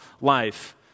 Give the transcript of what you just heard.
life